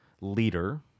leader